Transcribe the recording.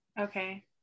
Okay